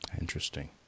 Interesting